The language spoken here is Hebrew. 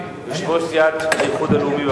יושב-ראש סיעת האיחוד הלאומי,